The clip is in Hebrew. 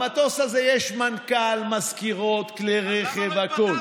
למטוס הזה יש מנכ"ל, מזכירות, כלי רכב, הכול.